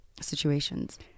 situations